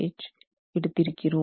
5H எடுத்திருக்கிறோம்